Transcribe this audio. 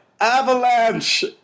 Avalanche